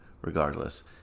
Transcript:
Regardless